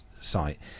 site